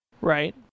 Right